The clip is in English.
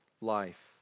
life